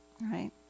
right